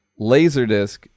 Laserdisc